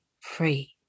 free